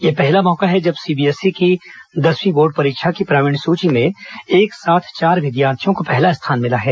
यह पहला मौका है जब सीबीएसई की दसवीं बोर्ड परीक्षा की प्रावीण्य सुची में एक साथ चार विद्यार्थियों को पहला स्थान मिला है